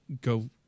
go